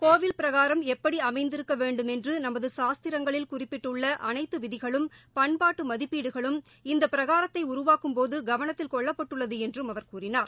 கோவில் பிரகாரம் எப்படி அமைந்திருக்க வேண்டும் என்று நமது சாஸ்திரங்களில் குறிப்பிட்டுள்ள அனைத்து விதிகளும் பண்பாட்டு மதிப்பீடுகளும் இந்த பிரகாரத்தை உருவாக்கும் போது கவனத்தில் கொள்ளப்பட்டுள்ளது என்றும் அவர் கூறினார்